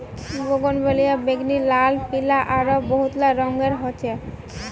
bougainvillea बैंगनी, लाल, पीला आरो बहुतला रंगेर ह छे